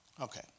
Okay